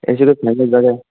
ऐसी कोई फ़ेमस जगह